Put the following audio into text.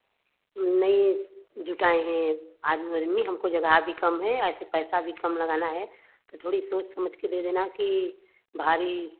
नहीं जुटाए हैं आदमी उदमी हमको जगह भी कम है ऐसे पैसा भी कम लगाना है तो थोड़ी सोच समझ कर दे देना कि भारी